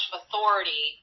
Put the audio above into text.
authority